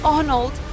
Arnold